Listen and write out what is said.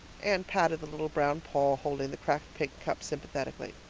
anne patted the little brown paw holding the cracked pink cup sympathetically.